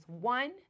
One